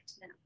now